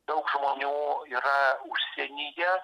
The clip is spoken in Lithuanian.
daug žmonių yra užsienyje